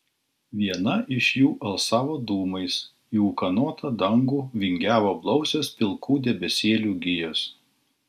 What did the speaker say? viena iš jų alsavo dūmais į ūkanotą dangų vingiavo blausios pilkų debesėlių gijos